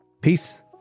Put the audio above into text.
Peace